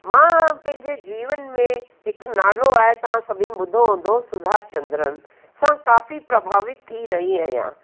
मां पंहिंजे जीवन में हिकु नालो आहे तव्हां सभिनि ॿुधो हूंदो सुधा चंद्रन सां काफ़ी प्रभावित थी रही आहियां